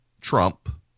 Trump